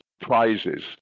prizes